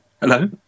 Hello